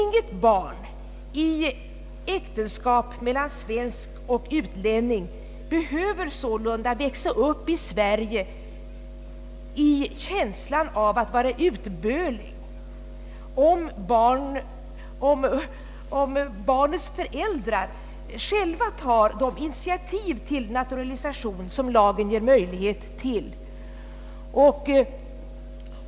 Inget barn i äktenskap mellan svensk och utlänning behöver sålunda växa upp i Sverige i känslan av att vara utböling, om barnets föräldrar själva tar de initiativ till naturalisation som lagen ger möjlighet till.